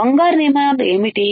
ఈ బంగారు నియమాలు ఏమిటి